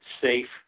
safe